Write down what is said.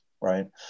right